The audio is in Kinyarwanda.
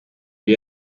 byo